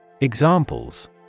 Examples